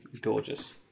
gorgeous